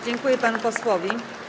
Dziękuję panu posłowi.